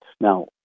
Now